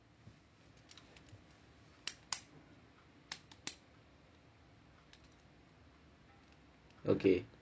okay